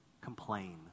complain